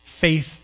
faith